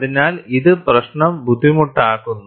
അതിനാൽ ഇത് പ്രശ്നം ബുദ്ധിമുട്ടാക്കുന്നു